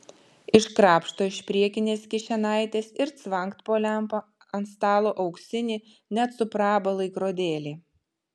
iškrapšto iš priekinės kišenaitės ir cvangt po lempa ant stalo auksinį net su praba laikrodėlį